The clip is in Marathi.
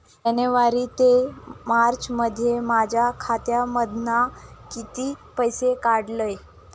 जानेवारी ते मार्चमध्ये माझ्या खात्यामधना किती पैसे काढलय?